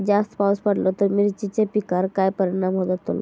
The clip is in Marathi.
जास्त पाऊस पडलो तर मिरचीच्या पिकार काय परणाम जतालो?